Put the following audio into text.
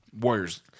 Warriors